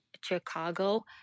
Chicago –